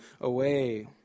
away